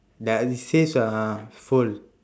like it saves uh fuel